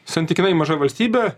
santykinai maža valstybė